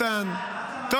מתן,